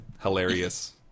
hilarious